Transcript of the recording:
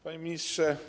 Panie Ministrze!